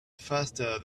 faster